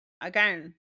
again